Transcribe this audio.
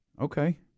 Okay